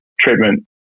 treatment